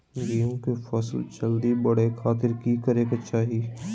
गेहूं के फसल जल्दी बड़े खातिर की करे के चाही?